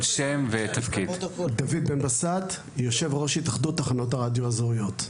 דוד בן בסט, יו"ר התאחדות תחנות הרדיו האזוריות.